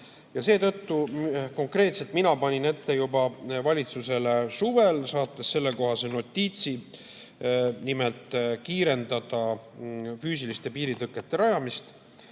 Seetõttu konkreetselt mina panin valitsusele ette juba suvel, saates sellekohase notiitsi, nimelt kiirendada füüsiliste piiritõkete rajamist.